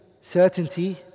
Certainty